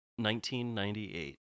1998